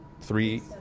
three